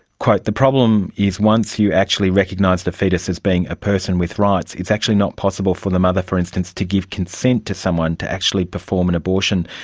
the problem is once you actually recognise the fetus as being a person with rights, it's actually not possible for the mother, for instance, to give consent to someone to actually perform an abortion.